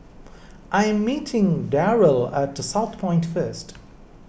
I am meeting Darell at Southpoint first